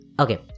okay